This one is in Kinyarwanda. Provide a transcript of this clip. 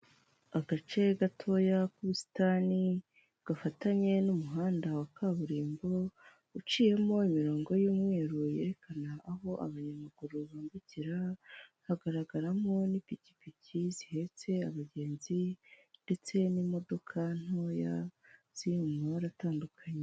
Agace gatoya k'ubusitani gafatanye n'umuhanda wa kaburimbo uciyemo imirongo y'umweru yerekana aho abanyamaguru bambukira hagaragaramo n'ipikipiki zihetse abagenzi ndetse n'imodoka ntoya ziri mu mabara atandukanye.